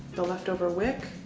the leftover wick,